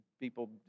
People